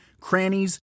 crannies